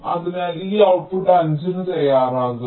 അതിനാൽ ഈ ഔട്ട്പുട്ട് 5 ന് തയ്യാറാകും